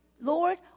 Lord